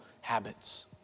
habits